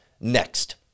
next